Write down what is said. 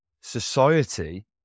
society